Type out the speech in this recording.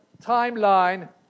timeline